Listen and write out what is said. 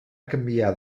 canviar